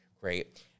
great